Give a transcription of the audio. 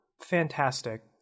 fantastic